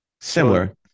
similar